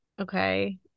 Okay